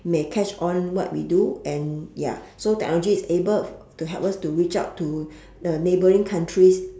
may catch on what we do and ya so technology is able to help us to reach out to uh neighboring countries